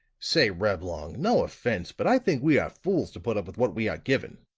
say, reblong no offense, but i think we are fools to put up with what we are given!